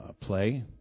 play